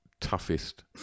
toughest